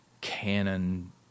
canon